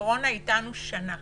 הקורונה אתנו שנה.